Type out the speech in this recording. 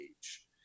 age